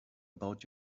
about